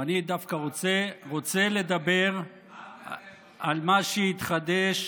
ואני דווקא רוצה לדבר על מה שהתחדש